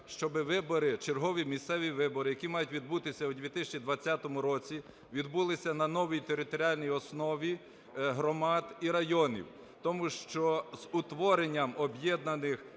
чергові місцеві вибори, які мають відбутися у 2020 році, відбулися на новій територіальній основі громад і районів. Тому що з утворенням об'єднаних